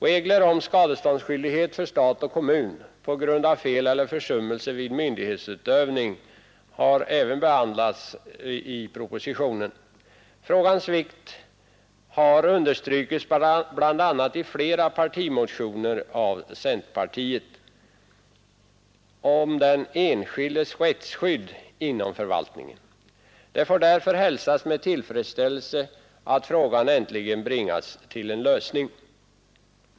Regler om skadeståndsskyldighet för stat och kommun på grund av fel eller försummelse vid myndighetsutövning har även behandlats i propositionen. Frågans vikt har understrukits bl.a. i flera partimotioner av centerpartiet om den enskildes rättsskydd inom förvaltningen. Det får därför hälsas med tillfredsställelse att frågan äntligen bringas till en lösning.